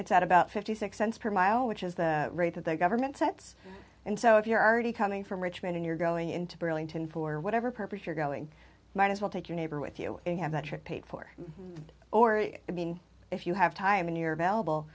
it's at about fifty six cents per mile which is the rate that the government sets and so if you're already coming from richmond and you're going into burlington for whatever purpose you're going might as well take your neighbor with you and have that trip paid for or i mean if you have time in your available